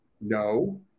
no